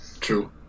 True